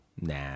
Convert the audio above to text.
Nah